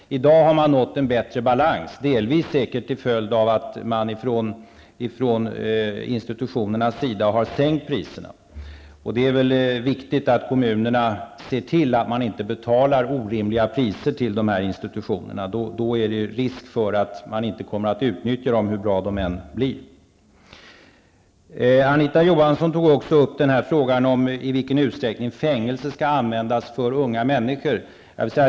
I dag finns det en bättre balans. Det är delvis säkert på grund av att institutionerna har sänkt priserna. Det är viktigt att kommunerna ser till att de inte betalar orimliga priser till institutionerna. Annars är det risk för att institutionerna inte utnyttjas hur bra de än är. Anita Johansson tog upp frågan om i vilken utsträckning fängelse skall användas för unga människor.